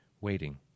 waiting